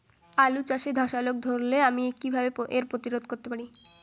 আলু চাষে ধসা রোগ ধরলে আমি কীভাবে এর প্রতিরোধ করতে পারি?